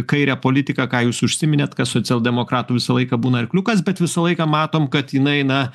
kairę politiką ką jūs užsiminėt kas socialdemokratų visą laiką būna arkliukas bet visą laiką matom kad jinai na